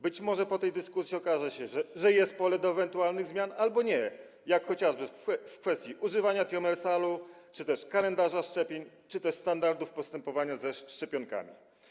Być może po tej dyskusji okaże się, że jest pole do ewentualnych zmian albo nie, chociażby jak w kwestii używania tiomersalu, kalendarza szczepień czy też standardów postępowania ze szczepionkami.